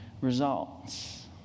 results